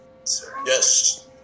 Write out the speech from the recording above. yes